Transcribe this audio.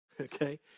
okay